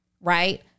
Right